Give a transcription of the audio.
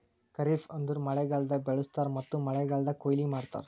ಖರಿಫ್ ಅಂದುರ್ ಮಳೆಗಾಲ್ದಾಗ್ ಬೆಳುಸ್ತಾರ್ ಮತ್ತ ಮಳೆಗಾಲ್ದಾಗ್ ಕೊಯ್ಲಿ ಮಾಡ್ತಾರ್